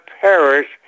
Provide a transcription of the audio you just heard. perish